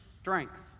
strength